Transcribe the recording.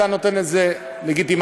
אתה נותן לזה לגיטימציה,